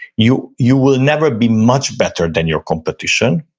you you will never be much better than your competition,